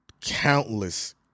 countless